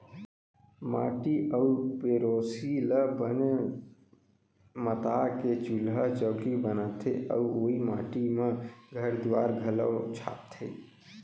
माटी अउ पेरोसी ल बने मता के चूल्हा चैकी बनाथे अउ ओइ माटी म घर दुआर घलौ छाबथें